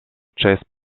chased